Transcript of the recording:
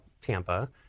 Tampa